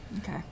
Okay